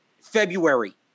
February